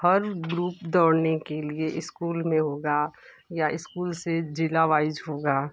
हम ग्रुप दौड़ने के लिए इस्कूल में होगा या इस्कूल से जिला वाईज़ होगा